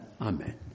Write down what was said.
Amen